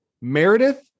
Meredith